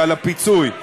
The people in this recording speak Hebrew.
ועל הפיצוי,